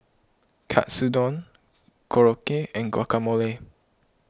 Katsudon Korokke and Guacamole